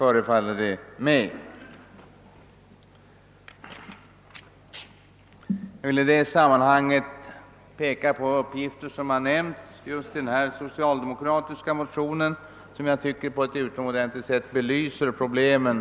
Jag vill i detta sammanhang peka på uppgifter som lämnats i den socialdemokratiska motionen och som jag tycker på ett mycket bra sätt belyser problemen.